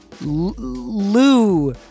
Lou